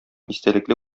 истәлекле